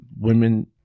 women-